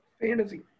Fantasy